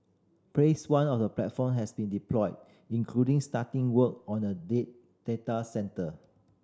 Phase One of the platform has been deployed including starting work on a day data centre